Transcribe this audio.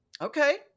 Okay